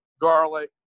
garlic